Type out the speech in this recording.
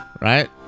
Right